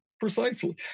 Precisely